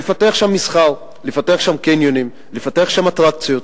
לפתח שם מסחר, לפתח שם קניונים, לפתח שם אטרקציות.